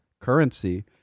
currency